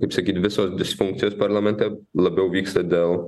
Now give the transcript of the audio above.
kaip sakyt visos disfunkcijos parlamente labiau vyksta dėl